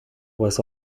was